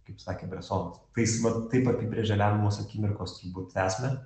kaip sakė bresonas tai jis vat taip apibrėžė lemiamos akimirkos turbūt esmę